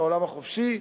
לעולם החופשי,